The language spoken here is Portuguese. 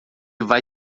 vai